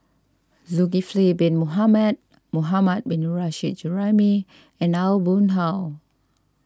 Zulkifli Bin Mohamed Mohammad Nurrasyid Juraimi and Aw Boon Haw